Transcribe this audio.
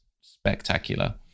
spectacular